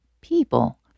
PEOPLE